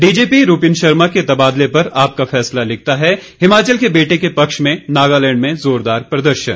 DGP Rupin Sharma के तबादले पर आपका फैसला लिखता है हिमाचल के बेटे के पक्ष में नागालैंड में जोरदार प्रदर्शन